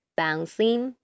Bouncing